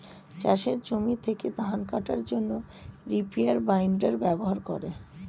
চাষের জমি থেকে ধান কাটার জন্যে রিপার বাইন্ডার ব্যবহার করে